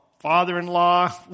father-in-law